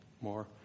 more